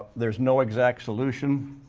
there's no exact solution.